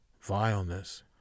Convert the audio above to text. vileness